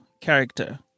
character